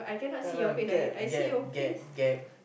talk lah gab gab gab gab